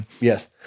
yes